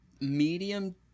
medium-